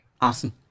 Awesome